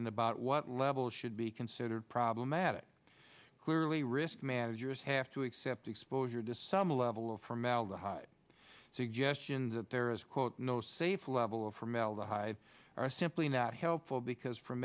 the bot what level should be considered problematic clearly risk managers have to accept exposure to some level of formaldehyde suggestion that there is no safe level of formaldehyde are simply not helpful because